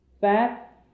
fat